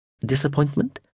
disappointment